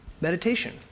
Meditation